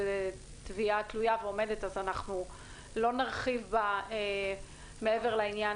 זו תביעה תלויה ועומדת אז לא נרחיב בה מעבר לעניין